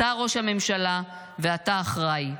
אתה ראש הממשלה, ואתה אחראי.